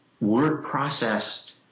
word-processed